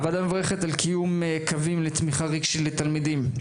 הוועדה מברכת על קיום קווים לתמיכה רגשית לתלמידים.